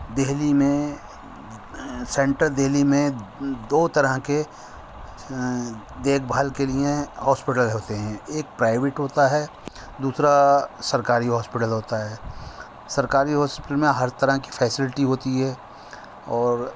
دہلی میں سینٹرل دہلی میں دو طرح کے دیکھ بھال کے لیے ہاسپٹل ہوتے ہیں ایک پرائیویٹ ہوتا ہے دوسرا سرکاری ہاسپٹل ہوتا ہے سرکاری ہاسپٹل میں ہر طرح کی فیسلٹی ہوتی ہے اور